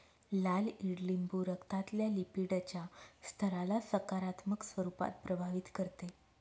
लाल ईडलिंबू रक्तातल्या लिपीडच्या स्तराला सकारात्मक स्वरूपात प्रभावित करते